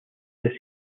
this